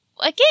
Again